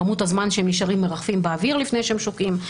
כמות הזמן שהם נשארים מרחפים באוויר לפני שהם שוקעים.